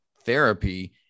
therapy